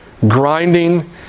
grinding